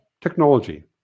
technology